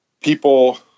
people